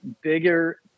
bigger